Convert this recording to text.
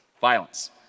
Violence